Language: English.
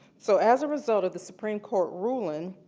so, as a result of the supreme court ruling,